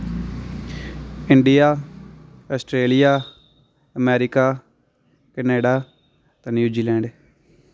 India Australia America Canada ते New Zealand